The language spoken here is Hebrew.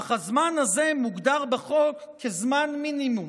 אך הזמן הזה מוגדר בחוק כזמן מינימום.